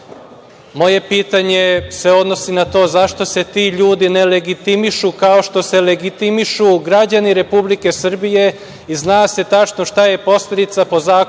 pitanje se odnosi na to – zašto se ti ljudi ne legitimišu, kao što se legitimišu građani Republike Srbije i zna se tačno šta je posledica po Zakon